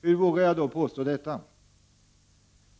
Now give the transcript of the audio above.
Hur vågar jag då påstå detta?